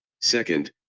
Second